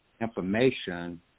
information